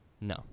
No